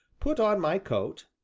put on my coat,